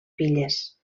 filles